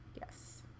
yes